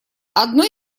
одной